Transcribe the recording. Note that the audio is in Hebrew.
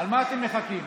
למה אתם מחכים?